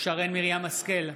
שרן מרים השכל,